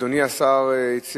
גם אדוני השר מסכים.